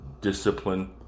discipline